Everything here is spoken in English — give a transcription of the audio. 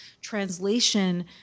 translation